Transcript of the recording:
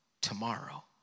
tomorrow